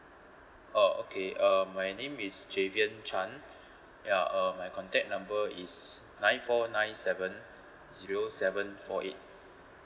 oh okay um my name is javian chan ya uh my contact number is nine four nine seven zero seven four eight